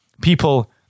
people